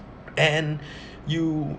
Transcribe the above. and you